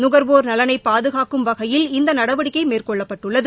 நுகர்வோர் நலனை பாதுகாக்கும் வகையில் இந்த நடவடிக்கை மேற்கொள்ளப்பட்டுள்ளது